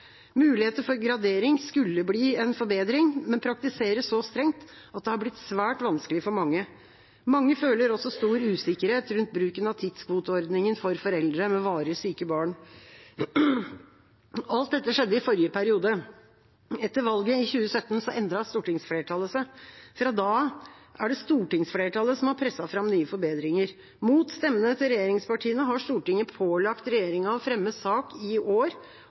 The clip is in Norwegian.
Muligheter for gradering skulle bli en forbedring, men praktiseres så strengt at det har blitt svært vanskelig for mange. Mange føler også stor usikkerhet rundt bruken av tidskvoteordningen for foreldre med varig syke barn. Alt dette skjedde i forrige periode. Etter valget i 2017 endret stortingsflertallet seg. Fra da av er det stortingsflertallet som har presset fram nye forbedringer. Mot stemmene til regjeringspartiene har Stortinget pålagt regjeringa å fremme sak i år om 100 pst. kompensasjon, opphevelse av tidsbegrensningen på fem år